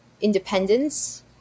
independence